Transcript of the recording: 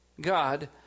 God